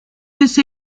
this